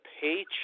paycheck